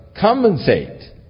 compensate